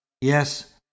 Yes